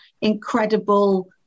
incredible